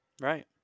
right